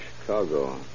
Chicago